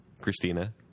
Christina